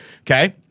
Okay